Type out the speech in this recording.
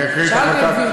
אני אקריא את ההחלטה?